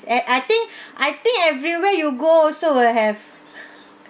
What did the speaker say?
and I think I think everywhere you go also will have